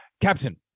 captain